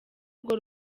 urwo